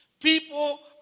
People